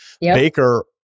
Baker